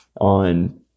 on